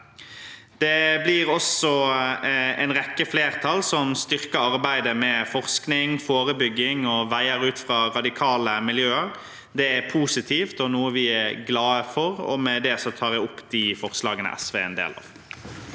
Det blir også en rekke flertall som styrker arbeidet med forskning, forebygging og veier ut fra radikale miljøer. Det er positivt, og det er noe vi er glade for. Med det tar jeg opp de forslagene SV er en del av.